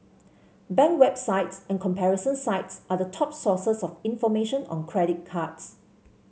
bank websites and comparison sites are the top sources of information on credit cards